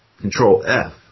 Control-F